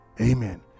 Amen